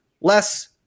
less